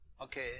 Okay